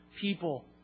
people